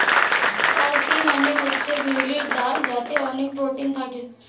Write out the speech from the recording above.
cow P মানে হচ্ছে বিউলির ডাল যাতে অনেক প্রোটিন থাকে